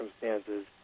circumstances